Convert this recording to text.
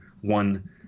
one